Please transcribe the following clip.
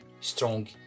strong